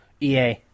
ea